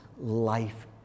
life